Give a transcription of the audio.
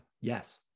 Yes